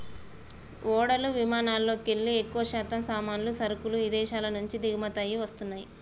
ఓడలు విమానాలల్లోకెల్లి ఎక్కువశాతం సామాన్లు, సరుకులు ఇదేశాల నుంచి దిగుమతయ్యి వస్తన్నయ్యి